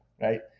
right